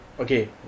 Okay